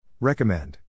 Recommend